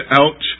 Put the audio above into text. out